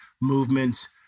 movements